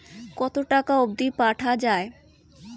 কতো টাকা অবধি পাঠা য়ায়?